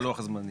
מה לוח הזמנים